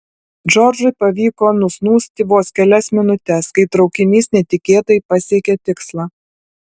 džordžui pavyko nusnūsti vos kelias minutes kai traukinys netikėtai pasiekė tikslą